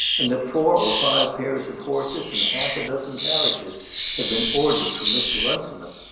and that four or five pairs of horses and half a dozen carriages had been ordered from mr. runciman.